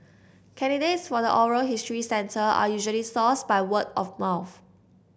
candidates for the oral history center are usually sourced by word of mouth